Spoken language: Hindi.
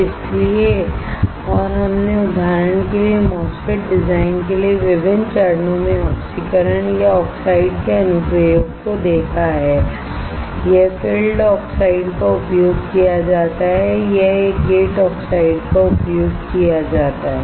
इसलिए और हमने उदाहरण के लिए MOSFET डिजाइन के लिए विभिन्न चरणों में ऑक्सीकरण या आक्साइड के अनुप्रयोग को देखा है यह फील्ड ऑक्साइड का उपयोग किया जाता है यह एक गेट ऑक्साइड का उपयोग किया जाता है